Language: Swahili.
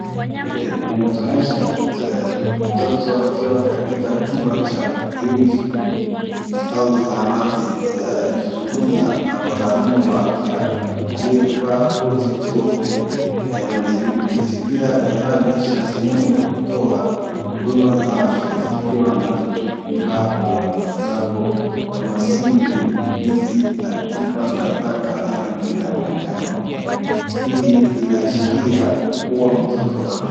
Inatuonyesha mtoto akiwa katika chumba cha kliniki au zahanati akizungumza na mtaalamu wa afya aliyevaa koti jeupe. Mazingira yanaonyesha sehemu ya kutoa huduma za afya zikiwa na vifaa vya matibabu kama sinki, viti na pipa la taka la rangi ya manjano. Hii inaashiria kuwa mtoto.